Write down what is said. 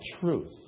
truth